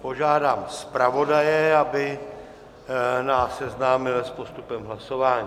Požádám zpravodaje, aby nás seznámil s postupem hlasování.